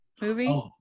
movie